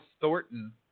Thornton